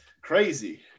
Crazy